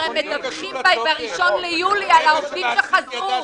הרי מדווחים ב-1 ביולי על העובדים שחזרו.